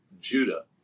Judah